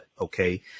okay